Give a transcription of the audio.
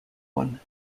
one